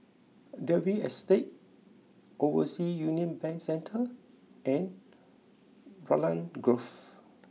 Dalvey Estate Overseas Union Bank Centre and Raglan Grove